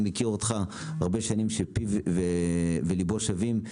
אני מכיר את אותך הרבה שנים כאדם שפיו וליבו שווים,